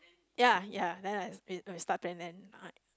ya ya ya it's stuff and right